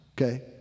okay